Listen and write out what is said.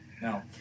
No